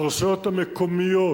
הרשויות המקומיות,